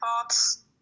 thoughts